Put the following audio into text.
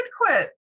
quit